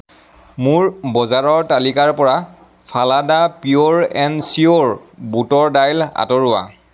মোৰ বজাৰৰ তালিকাৰ পৰা ফালাডা পিয়ৰ এণ্ড চিৱৰ বুটৰ দাইল আঁতৰোৱা